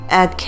add